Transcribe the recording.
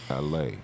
LA